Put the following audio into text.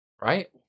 Right